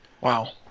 Wow